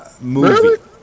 Movie